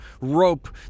rope